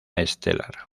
estelar